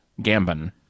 Gambon